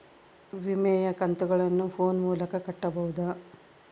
ವಿಮೆಯ ಕಂತುಗಳನ್ನ ಫೋನ್ ಮೂಲಕ ಕಟ್ಟಬಹುದಾ?